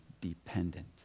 dependent